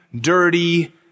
dirty